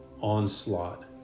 onslaught